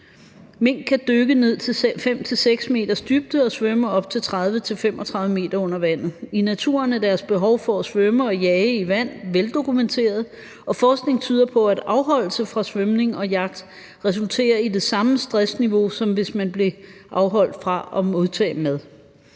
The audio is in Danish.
Mink kan dykke ned til 5-6 meters dybde og svømme op til 30-35 m under vandet. I naturen er deres behov for at svømme og jage i vand veldokumenteret, og forskning tyder på, at afholdelse fra svømning og jagt resulterer i det samme stressniveau, som hvis de blev afholdt fra at modtage mad.